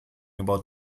about